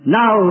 now